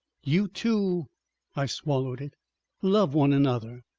you two i swallowed it love one another.